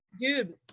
Dude